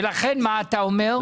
ולכן, מה אתה אומר?